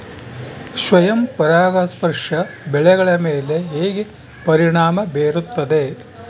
ಸ್ವಯಂ ಪರಾಗಸ್ಪರ್ಶ ಬೆಳೆಗಳ ಮೇಲೆ ಹೇಗೆ ಪರಿಣಾಮ ಬೇರುತ್ತದೆ?